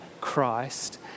Christ